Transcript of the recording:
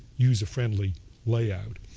user-friendly layout.